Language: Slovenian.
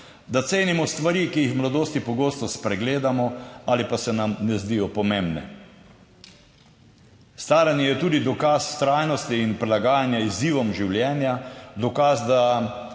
da cenimo stvari, ki jih v mladosti pogosto spregledamo ali pa se nam ne zdijo pomembne. Staranje je tudi dokaz vztrajnosti in prilagajanja izzivom življenja, dokaz, da